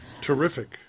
Terrific